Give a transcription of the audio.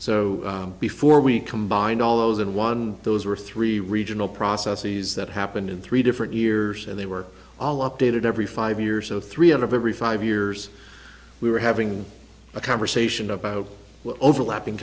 so before we combined all those in one those were three regional processes that happened in three different years and they were all updated every five years so three out of every five years we were having a conversation about overlapping